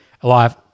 alive